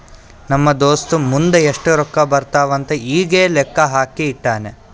ನಮ್ ದೋಸ್ತ ಮುಂದ್ ಎಷ್ಟ ರೊಕ್ಕಾ ಬರ್ತಾವ್ ಅಂತ್ ಈಗೆ ಲೆಕ್ಕಾ ಹಾಕಿ ಇಟ್ಟಾನ್